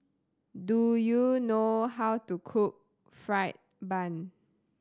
do you know how to cook fried bun